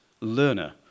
learner